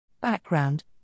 Background